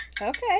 Okay